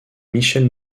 michel